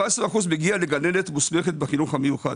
17 אחוזים מגיע לגננת מוסמכת בחינוך המיוחד.